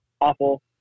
awful